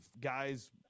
guys